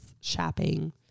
shopping